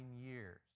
years